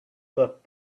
thought